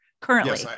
currently